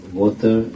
water